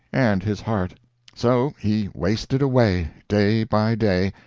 and his heart so he wasted away, day by day,